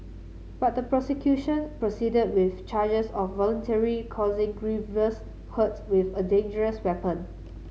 but the prosecution proceeded with charges of voluntary causing grievous hurt with a dangerous weapon